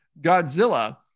Godzilla